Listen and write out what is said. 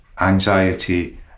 anxiety